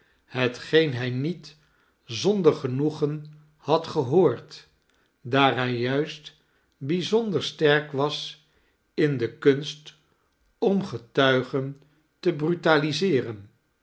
hetgeen hij niet zonder genoegen had gehoord daar hij juist bijzonder sterk was in de kunst om getuigen te